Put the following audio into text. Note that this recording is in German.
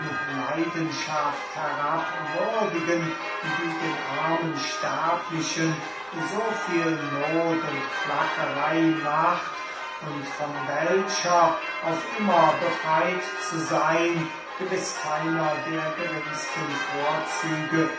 leidenschaft herabwürdigen die den armen sterblichen so viel noth und plackerey macht und von welcher auf immer befreyt zu seyn gewiß keiner der geringsten vorzüge